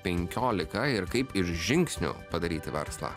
penkiolika ir kaip ir žingsnių padaryti verslą